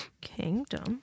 Kingdom